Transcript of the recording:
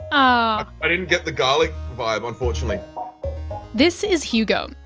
um i didn't get the garlic vibe, unfortunately this is hugo.